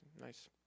Nice